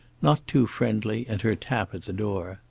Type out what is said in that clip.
not too friendly, and her tap at the door